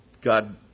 God